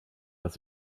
dass